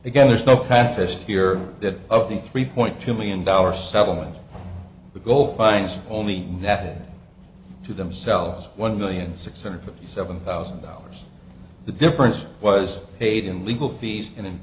again there's no catalyst here that of the three point two million dollars settlement the goal fines only net to themselves one million six hundred fifty seven thousand dollars the difference was paid in legal fees and